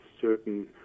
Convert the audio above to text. certain